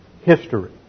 history